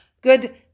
good